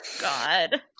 God